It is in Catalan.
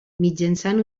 mitjançant